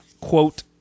quote